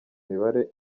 mibare